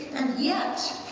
and yet,